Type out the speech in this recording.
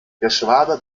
geschwader